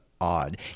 odd